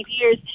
years